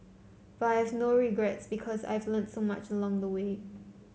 but I have no regrets because I've learnt so much along the way